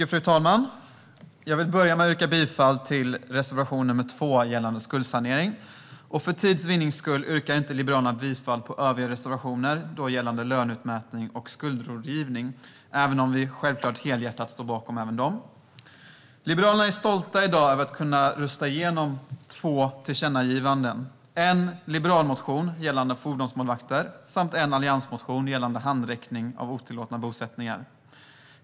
Fru talman! Jag vill börja med att yrka bifall till reservation nr 2 gällande skuldsanering. För tids vinnande yrkar Liberalerna inte bifall till sina övriga reservationer, som gäller löneutmätning och skuldrådgivning, även om vi självklart helhjärtat står bakom dem också. Liberalerna är stolta över att kunna rösta igenom två tillkännagivanden - en liberal motion gällande fordonsmålvakter och en alliansmotion gällande handräckning av otillåtna bosättningar.